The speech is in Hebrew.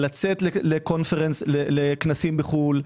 לצאת לכנסים בחו"ל,